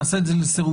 נעשה את זה לסירוגין,